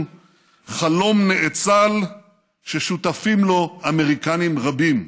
"חלום נאצל ששותפים לו אמריקנים רבים".